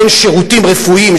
בין שירותים רפואיים.